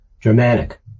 Germanic